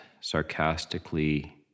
sarcastically